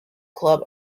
club